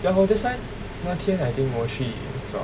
ya hor that's why 那天 I think 我去找